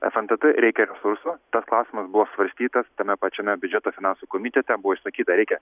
fntt reikia resursų tas klausimas buvo svarstytas tame pačiame biudžeto finansų komitete buvo išsakyta reikia